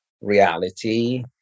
reality